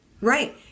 right